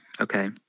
Okay